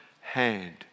hand